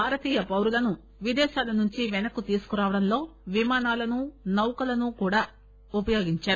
భారతీయ పౌరులను విదేశాల నుంచి పెనక్కు తీసుకురావడంలో విమానాలను నౌకలను కూడా ఉపయోగించారు